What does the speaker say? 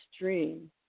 dream